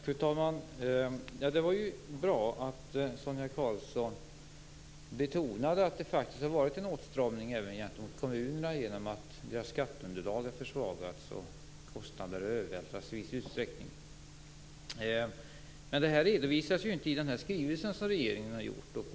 Fru talman! Det var ju bra att Sonia Karlsson betonade att det faktiskt har varit en åtstramning även gentemot kommunerna genom att deras skatteunderlag har försvagats och att kostnader i viss utsträckning har övervältrats. Men det här redovisas ju inte i regeringens skrivelse.